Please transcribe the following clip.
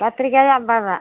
கத்திரிக்காயிம் ஐம்பது தான்